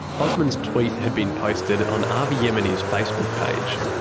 osman's tweet had been posted on avi yemini s facebook page.